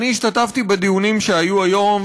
אני השתתפתי בדיונים שהיו היום,